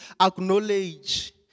acknowledge